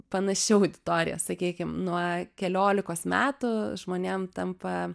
panaši auditorija sakykim nuo keliolikos metų žmonėm tampa